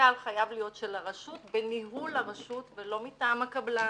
המשקל חייב להיות של הרשות בניהול הרשות ולא מטעם הקבלן.